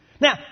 Now